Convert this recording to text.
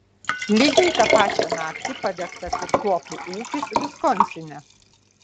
lygiai tą pačią naktį padegtas ir tuopų ūkis viskonsine